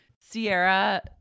Sierra